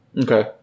Okay